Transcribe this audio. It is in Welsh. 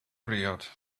briod